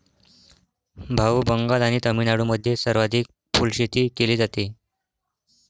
भाऊ, बंगाल आणि तामिळनाडूमध्ये सर्वाधिक फुलशेती केली जाते